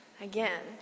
Again